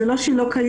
זה לא שהיא לא קיימת,